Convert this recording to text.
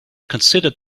considered